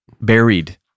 Buried